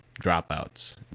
dropouts